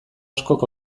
askok